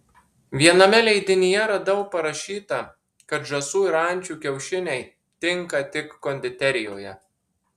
viename leidinyje radau parašyta kad žąsų ir ančių kiaušiniai tinka tik konditerijoje